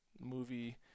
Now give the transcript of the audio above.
movie